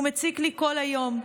הוא מציק לי כל היום,